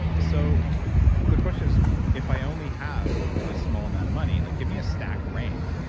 so the question is if i only have a small amount of money, like give me a stack ranked.